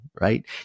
right